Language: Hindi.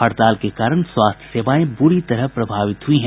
हड़ताल के कारण स्वास्थ्य सेवाएं ब्ररी तरह प्रभावित हुई हैं